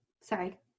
Sorry